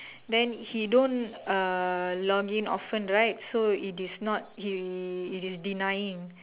then he don't uh login often right so it is not he it is denying